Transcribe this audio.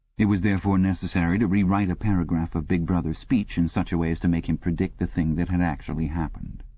it was therefore necessary to rewrite a paragraph of big brother's speech, in such a way as to make him predict the thing that had actually happened.